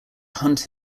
hunt